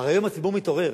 הרי היום הציבור מתעורר.